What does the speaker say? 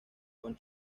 con